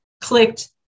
clicked